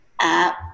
app